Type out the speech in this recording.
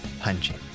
Punching